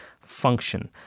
function